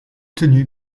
tenu